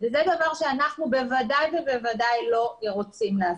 וזה דבר שאנחנו בוודאי לא רוצים לעשות.